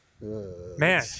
Man